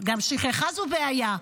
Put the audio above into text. גם שכחה זו בעיה,